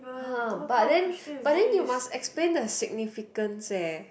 !huh~ but then but then you must explain the significance eh